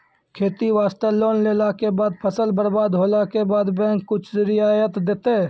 खेती वास्ते लोन लेला के बाद फसल बर्बाद होला के बाद बैंक कुछ रियायत देतै?